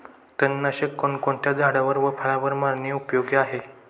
तणनाशक कोणकोणत्या झाडावर व फळावर मारणे उपयोगी आहे?